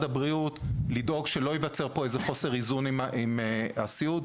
הבריאות לכך שאסור שייווצר חוסר איזון עם הסיעוד,